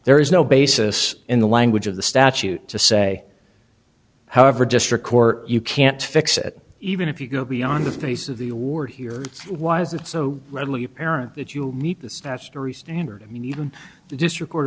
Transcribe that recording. there is no basis in the language of the statute to say however district court you can't fix it even if you go beyond the face of the war here why is it so readily apparent that you meet the statutory standard i mean even